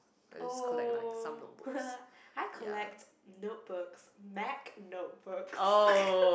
oh I collect notebooks mac notebooks